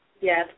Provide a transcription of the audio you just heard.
Yes